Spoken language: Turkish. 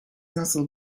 nasıl